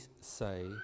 say